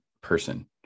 person